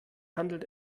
handelt